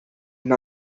and